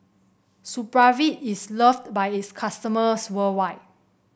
Supravit is loved by its customers worldwide